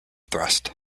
thrust